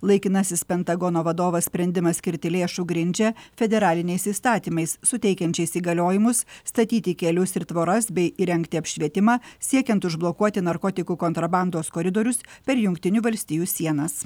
laikinasis pentagono vadovas sprendimą skirti lėšų grindžia federaliniais įstatymais suteikiančiais įgaliojimus statyti kelius ir tvoras bei įrengti apšvietimą siekiant užblokuoti narkotikų kontrabandos koridorius per jungtinių valstijų sienas